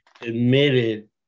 admitted